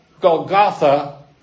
Golgotha